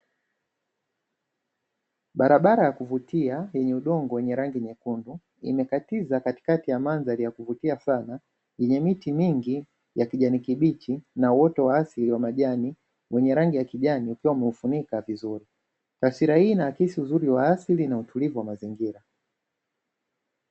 Barabara ya kuvutia yenye udongo wenye rangi nyekundu imekatiza katikati ya mandhari ya kuvutia sana yenye miti mingi ya kijani kibichi na uoto wa asili wa majani wenye rangi ya kijani ukiwa umeufunika vizuri. Taswira hii inaakisi uzuri wa asili na utulivu wa mazingira.